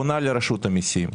פונה לרשות המיסים,